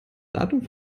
datum